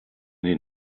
den